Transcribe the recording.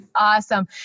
Awesome